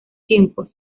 tiempos